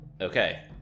Okay